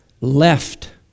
left